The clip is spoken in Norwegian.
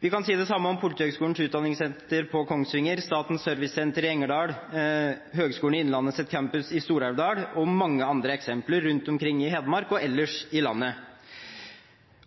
Vi kan si det samme om Politihøgskolens utdanningssenter på Kongsvinger, Statens Servicesenter i Engerdal, campusen til Høgskolen i Innlandet i Stor-Elvdal og mange andre eksempler rundt omkring i Hedmark og ellers i landet.